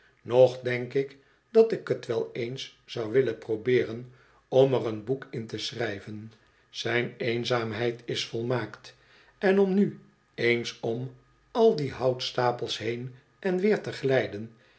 nog denk ik dat ik t wel eens zou willen probeeren om er een boek in te schrijven zijn eenzaamheid is volmaakt en om nu eens om al die houtstapels heen en weer te